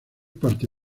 parte